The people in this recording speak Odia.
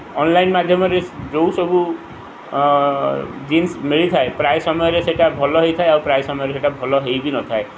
ଅନ୍ଲାଇନ୍ ମାଧ୍ୟମରେ ଯେଉଁ ସବୁ ଜିନ୍ସ ମିଳିଥାଏ ପ୍ରାୟ ସମୟରେ ସେଇଟା ଭଲ ହୋଇଥାଏ ଆଉ ପ୍ରାୟ ସମୟରେ ସେଇଟା ଭଲ ହୋଇ ବି ନଥାଏ